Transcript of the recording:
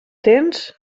tens